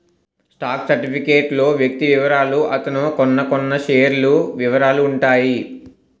stock certificate లో వ్యక్తి వివరాలు అతను కొన్నకొన్న షేర్ల వివరాలు ఉంటాయి